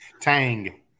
Tang